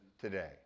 today